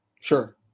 Sure